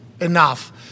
enough